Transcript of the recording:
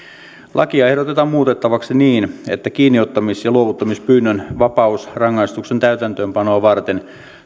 lakia ehdotetaan muutettavaksi niin että kiinniottamis ja luovuttamispyynnön vapausrangaistuksen täytäntöönpanoa varten